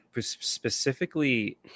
Specifically